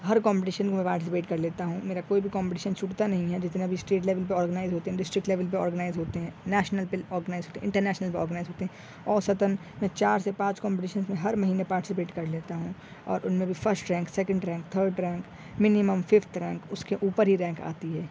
ہر competition میں participate کر لیتا ہوں میرا کوئی بھی کمپٹیشن چھوٹتا نہیں ہے جتنا بھی اسٹیٹ لیول پہ آرگنائز ہوتے ہیں ڈسٹرک لیول پہ آرگنائز ہوتے ہیں نیشنل پل آرگنائز ہوتے ہیں انٹرنیشنل پہ آرگنائز ہوتے ہیں اوسطاً میں چار سے پانچ کمپٹیشنس میں ہر مہینے پارٹیسپیٹ کر لیتا ہوں اور ان میں بھی first rank second rank third rank minimum fifth rank اس کے اوپر ہی رینک آتی ہے